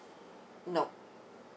nope